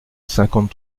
cinquante